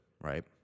right